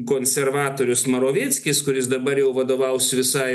konservatorius marovėtskis kuris dabar jau vadovaus visai